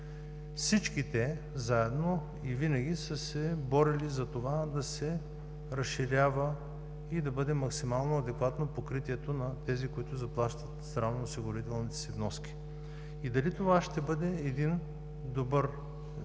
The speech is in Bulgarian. всички те заедно и винаги са се борили за това да се разширява и да бъде максимално адекватно покритието на тези, които заплащат здравноосигурителните си вноски. Дали това ще бъде един добър